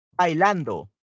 bailando